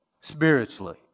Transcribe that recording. spiritually